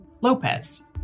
Lopez